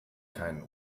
keinen